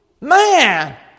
Man